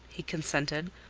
he consented.